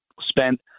spent